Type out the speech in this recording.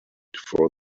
for